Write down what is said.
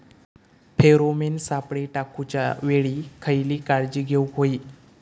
Pheromone सापळे टाकूच्या वेळी खयली काळजी घेवूक व्हयी?